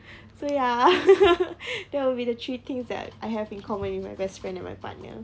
so ya that will be the three things that I have in common with my best friend and my partner